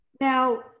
Now